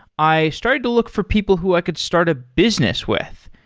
i started to look for people who i could start a business with.